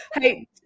Hey